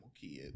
kid